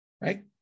Right